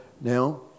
now